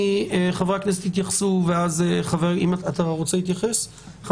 חבר הכנסת יתייחסו, אנחנו נפתח בסבב.